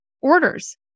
orders